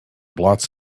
blots